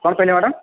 କଣ କହିଲେ ମ୍ୟାଡ଼ାମ